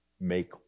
make